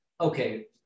okay